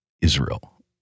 Israel